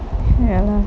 ya lah